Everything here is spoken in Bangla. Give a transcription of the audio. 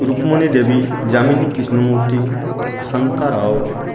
রুক্মনী দেবী যামিনী কৃষ্ণমূর্তি শান্তা রাও